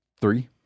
three